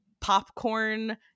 popcorn